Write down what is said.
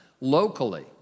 locally